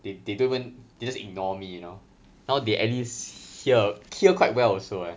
they they don't even they just ignore me you know now they at least hear hear quite well also eh